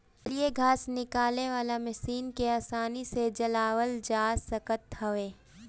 जलीय घास निकाले वाला मशीन के आसानी से चलावल जा सकत हवे